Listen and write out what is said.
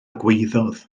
gwaeddodd